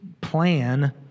plan